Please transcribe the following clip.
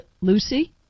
Lucy